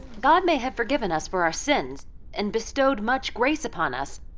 god may have forgiven us for our sins and bestowed much grace upon us,